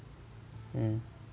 mm